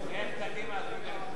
בבקשה.